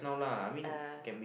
uh